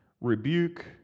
rebuke